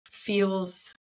feels